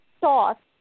thought